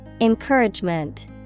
Encouragement